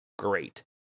Great